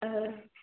औ